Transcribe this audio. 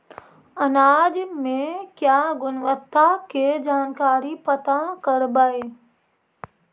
अनाज मे क्या गुणवत्ता के जानकारी पता करबाय?